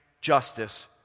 justice